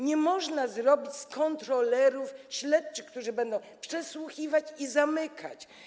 Nie można zrobić z kontrolerów śledczych, którzy będą przesłuchiwać i zamykać.